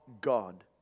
God